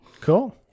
Cool